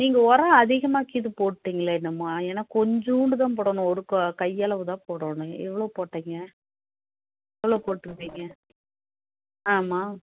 நீங்கள் உரம் அதிகமா கிது போட்டீங்களோ என்னமோ ஏன்னால் கொஞ்சோண்டு தான் போடணும் ஒரு க கையளவு தான் போடணும் எவ்வளோ போட்டீங்க எவ்வளோ போட்டுஇருப்பிங்க ஆமாம்